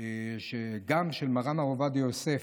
של מר"ן הרב עובדיה יוסף,